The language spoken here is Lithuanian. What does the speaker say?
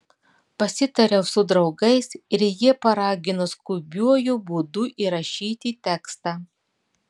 pasitariau su draugais ir jie paragino skubiuoju būdu įrašyti tekstą